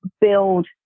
build